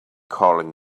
calling